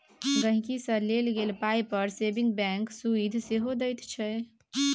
गांहिकी सँ लेल गेल पाइ पर सेबिंग बैंक सुदि सेहो दैत छै